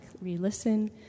re-listen